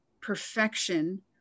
perfection